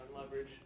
leverage